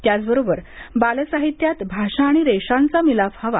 त्याचबरोबर बालसहित्यात भाषा आणि रेषांचा मिलाफ हवा